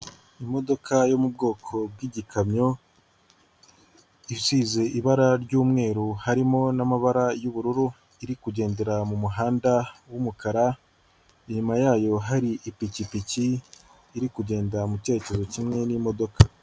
Imodoka yo mu bwoko bw'igikamyo, isize ibara ry'umweru harimo n'amabara y'ubururu iri kugendera mu muhanda w'umukara, inyuma yayo hari ipikipiki iri kugenda mu cyerekezo kimwe n'imodoka.